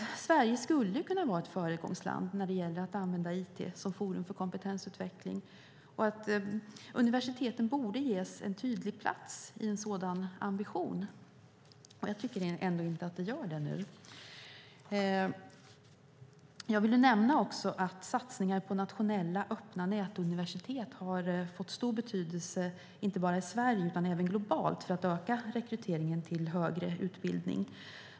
Sverige skulle kunna vara ett föregångsland när det gäller att använda it som forum för kompetensutveckling, och universiteten borde ges en tydlig plats i en sådan ambition. Jag tycker inte att det görs nu. Jag vill också nämna att satsningar på nationella öppna nätuniversitet har fått stor betydelse inte bara i Sverige utan även globalt för att öka rekryteringen till högre utbildning.